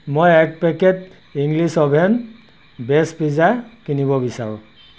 মই এক packet English oven base pizza কিনিব বিচাৰোঁ